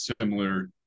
similar